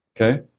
okay